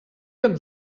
can